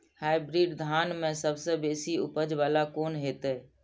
Hybrid धान में सबसे बेसी उपज बाला कोन हेते?